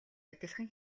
адилхан